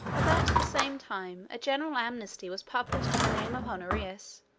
about the same time a general amnesty was published in the name of honorius,